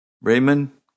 Raymond